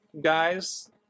guys